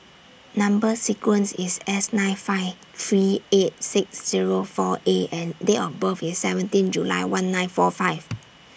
Number sequence IS S nine five three eight six Zero four A and Date of birth IS seventeen July one nine four five